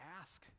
ask